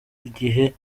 igihe